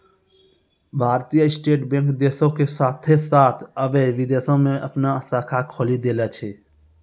भारतीय state bank देशो के साथे साथ अबै विदेशो मे अपनो शाखा खोलि देले छै